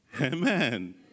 Amen